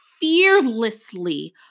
fearlessly